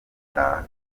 nda